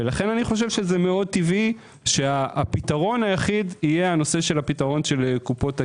לכן אני חושב שמאוד טבעי שהפתרון היחיד יהיה נושא פתרון קופות הגמל.